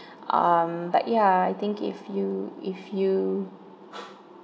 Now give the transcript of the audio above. um but yeah I think if you if you